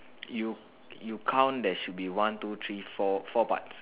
you you count there should be one two three four four parts